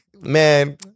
Man